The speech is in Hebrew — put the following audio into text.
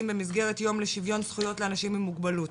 במסגרת יום שוויון זכויות לאנשים עם מוגבלויות.